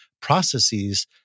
processes